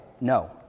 No